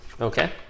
okay